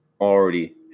already